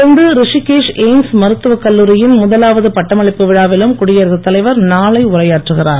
தொடர்ந்து ரிஷிகேஷ் எய்ம்ஸ் மருத்துவகல்லூரியின் முதலாவது பட்டமளிப்பு விழாவிலும் குடியரசுத் தலைவர் நானை உரையாற்றுகிறார்